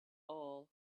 all